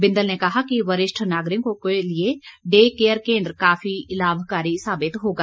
बिंदल ने कहा कि वरिष्ठ नागरिकों के लिए डे केयर केन्द्र काफी लाभकारी साबित होगा